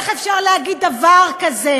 טרוריסטים